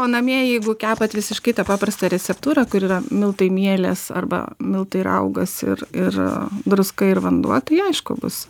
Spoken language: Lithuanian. o namie jeigu kepat visiškai tą paprastą receptūrą kur yra miltai mielės arba miltai raugas ir ir druska ir vanduo tai aišku bus